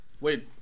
Wait